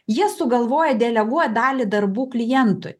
jie sugalvoja deleguot dalį darbų klientui